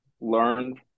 learned